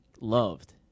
loved